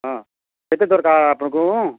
ହଁ କେତେ ଦରକାର୍ ଆପଣ୍ଙ୍କୁଁ